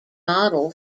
model